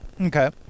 okay